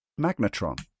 Magnatron